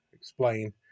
explain